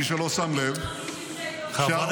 למי שלא שם לב ----- חברת הכנסת פנינה תמנו.